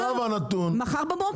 מחר בבוקר.